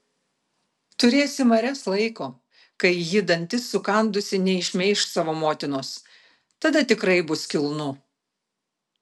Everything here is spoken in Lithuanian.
turėsi marias laiko kai ji dantis sukandusi nešmeiš savo motinos tada tikrai bus kilnu